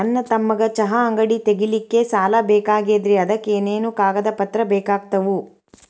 ನನ್ನ ತಮ್ಮಗ ಚಹಾ ಅಂಗಡಿ ತಗಿಲಿಕ್ಕೆ ಸಾಲ ಬೇಕಾಗೆದ್ರಿ ಅದಕ ಏನೇನು ಕಾಗದ ಪತ್ರ ಬೇಕಾಗ್ತವು?